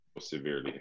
severely